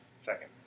second